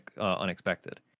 unexpected